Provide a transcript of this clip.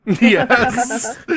Yes